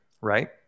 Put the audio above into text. right